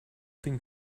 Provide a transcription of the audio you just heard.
thing